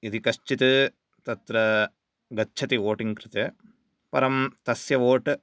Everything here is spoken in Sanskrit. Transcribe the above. यदि कश्चित् तत्र गच्छति वोटिङ्ग् कृते परं तस्य वोट्